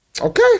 Okay